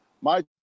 my-